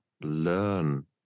learn